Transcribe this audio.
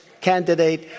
candidate